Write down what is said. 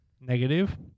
Negative